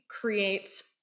creates